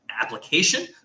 application